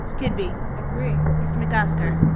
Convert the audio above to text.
kidby. agree. mr. mcosker.